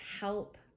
help